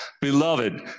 beloved